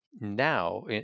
Now